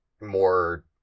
more